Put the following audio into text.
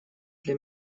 для